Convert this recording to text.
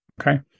okay